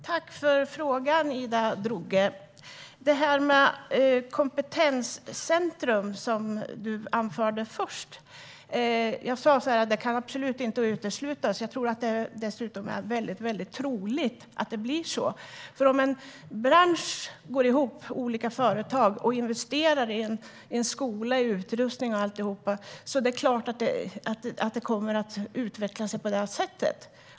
Herr talman! Tack för frågan, Ida Drougge! Ida Drougge tog först upp frågan om kompetenscentrum. Det kan absolut inte uteslutas. Det är troligt att det blir så. Om olika företag i en bransch går ihop och investerar i skola, utrustning och så vidare blir utvecklingen sådan.